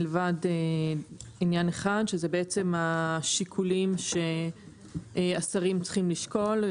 מלבד עניין אחד שזה בעצם השיקולים שהשרים צריכים לשקול.